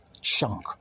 chunk